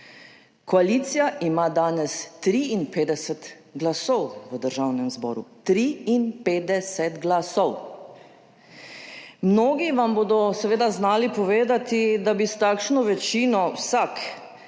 Koalicija ima danes 53 glasov v Državnem zboru. 53 glasov. Mnogi vam bodo seveda znali povedati, da bi s takšno večino vsak,